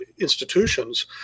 institutions